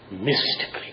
mystically